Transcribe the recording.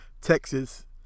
Texas